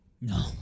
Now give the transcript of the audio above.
No